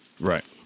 Right